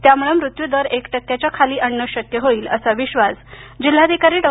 त्यामुळे मृत्यूदर एक टक्क्याच्या खाली आणणं शक्य होईल असा विश्वास जिल्हाधिकारी डॉ